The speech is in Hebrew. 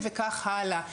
וכך הלאה.